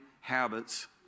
habits